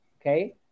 Okay